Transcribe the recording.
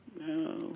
No